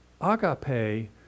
Agape